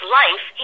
life